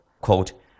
quote